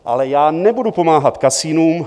Ale já nebudu pomáhat kasinům.